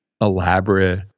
elaborate